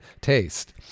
taste